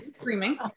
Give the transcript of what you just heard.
screaming